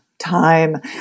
time